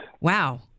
Wow